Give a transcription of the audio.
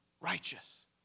righteous